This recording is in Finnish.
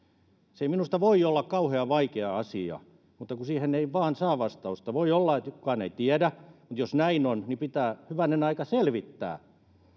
se ei minusta voi olla kauhean vaikea asia mutta siihen ei vain saa vastausta voi olla että kukaan ei tiedä mutta jos näin on niin pitää hyvänen aika selvittää